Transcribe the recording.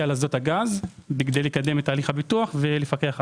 על אסדות הגז בכדי לקדם את הליך הפיתוח ולפקח עליו.